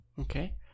Okay